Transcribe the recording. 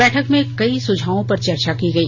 बैठक में कई सुझावों पर चर्चा की गई